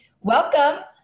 welcome